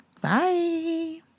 Bye